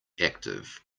active